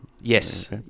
Yes